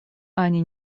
они